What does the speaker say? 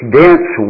dense